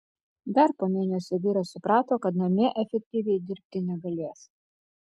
dar po mėnesio vyras suprato kad namie efektyviai dirbti negalės